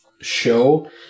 show